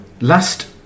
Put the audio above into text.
Last